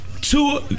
Two